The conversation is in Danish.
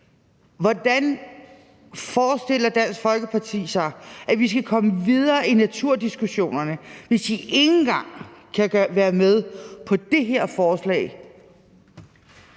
Hvordan forestiller Dansk Folkeparti sig at vi skal komme videre i naturdiskussionerne, hvis de ikke engang kan være med på det her forslag?